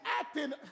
acting